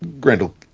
grendel